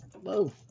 whoa